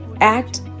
act